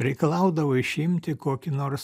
reikalaudavo išimti kokį nors